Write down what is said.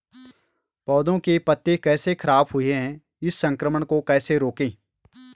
पौधों के पत्ते कैसे खराब हुए हैं इस संक्रमण को कैसे रोकें?